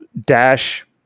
dash